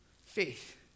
Faith